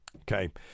okay